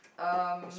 um